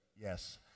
Yes